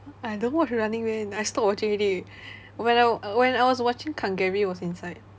I don't watch running man I stopped watching already when I when I was watching kang gary was inside